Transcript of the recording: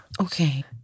Okay